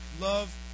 Love